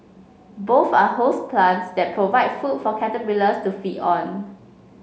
both are host plants that provide food for caterpillars to feed on